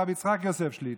הרב יצחק יוסף שליט"א.